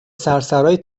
سرسرای